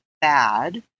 bad